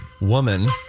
Woman